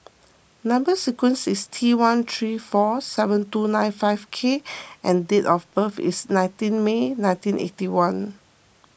Number Sequence is T one three four seven two nine five K and date of birth is nineteen May nineteen eighty one